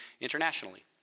internationally